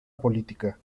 política